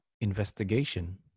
investigation